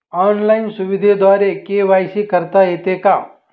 Online सुविधेद्वारे KYC करता येते का?